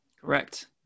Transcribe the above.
Correct